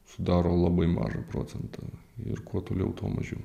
sudaro labai mažą procentą ir kuo toliau tuo mažiau